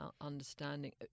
understanding